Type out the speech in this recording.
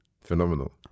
Phenomenal